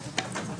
יש